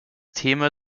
thema